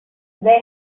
they